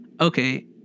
okay